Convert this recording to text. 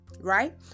right